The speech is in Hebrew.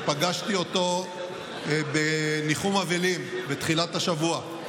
פגשתי אותו בניחום אבלים בתחילת השבוע,